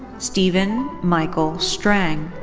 stephen michael strang.